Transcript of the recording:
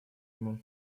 нему